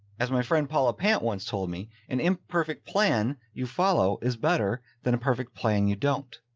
as my friend paula pant once told me, an imperfect plan you follow is better than a perfect plan. you don't.